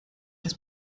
des